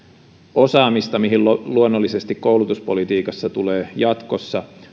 osaamista mihin luonnollisesti koulutuspolitiikassa tulee jatkossa